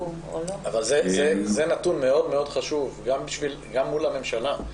זה נתון מאוד חשוב גם מול הממשלה.